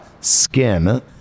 skin